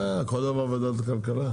אה, כל דבר ועדת הכלכלה?